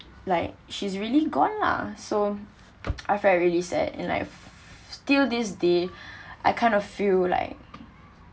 like she's really gone lah so I felt really sad and like till this day I kind of feel like